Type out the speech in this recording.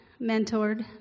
mentored